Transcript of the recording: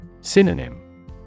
Synonym